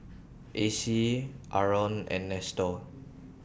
Acy Aron and Nestor